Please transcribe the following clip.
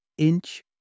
inch